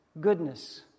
goodness